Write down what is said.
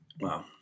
wow